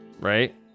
Right